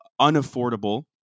unaffordable